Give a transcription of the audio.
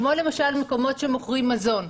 כמו למשל מקומות שמוכרים מזון,